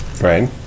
Right